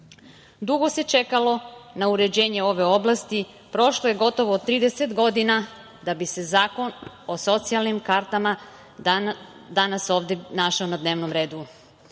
se čekalo na uređenje ove oblasti. Prošlo je skoro 30 godina da bi se zakon o socijalnim kartama danas ovde našao na dnevnom redu.